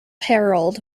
herald